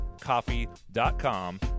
coffee.com